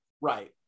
right